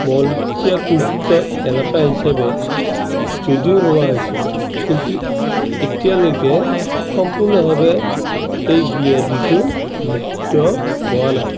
মলত্যাগ মুক্ত এলেকা হিচাপে যদিও লোৱা হৈছে কিন্তু এতিয়ালৈকে সম্পূৰ্ণভাৱে এই ব্যাধিটো মুক্ত হোৱা নাই